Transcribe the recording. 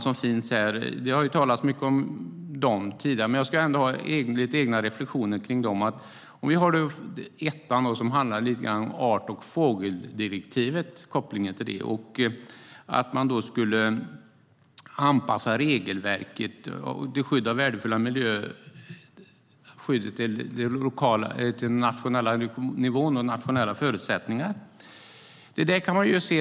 Det finns två tillkännagivanden som jag har lite egna reflektioner kring. Det ena tillkännagivandet handlar om kopplingen till art och fågeldirektivet och att man ska anpassa regelverket till den nationella nivån och nationella förutsättningar.